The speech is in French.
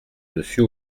dessus